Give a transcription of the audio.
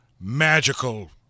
magical